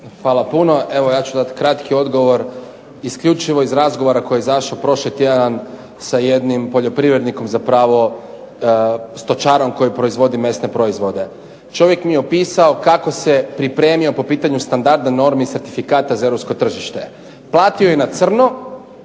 Hvala puno, ja ću dati kratki odgovor isključivo iz razgovore koji je izašao prošli tjedan sa jednim poljoprivrednikom zapravo stočarom koji proizvodi mesne proizvode. Čovjek mi je opisao kako se pripremio po pitanju standarda normi certifikata za Europsko tržište, platio je na crno